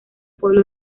pueblo